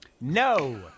No